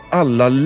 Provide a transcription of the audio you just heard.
alla